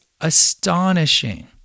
astonishing